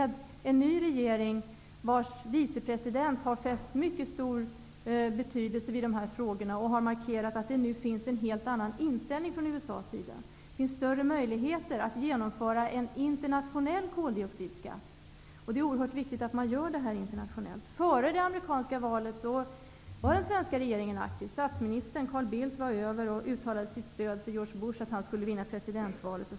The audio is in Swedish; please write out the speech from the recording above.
Den nya regeringens vicepresident har fäst mycket betydelse vid dessa frågor och har markerat att det nu finns en helt annan inställning från USA:s sida. Det finns större möjligheter att genomföra en internationell koldioxidskatt. Det är oerhört viktigt att man gör detta internationellt. Före det amerikanska valet var den svenska regeringen aktiv. Statsminister Carl Bildt var över i USA och uttalade sitt stöd för att George Bush skulle vinna presidentvalet.